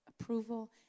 approval